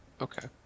Okay